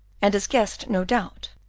and has guessed, no doubt,